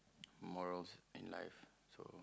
morals in life so